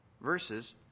verses